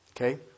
okay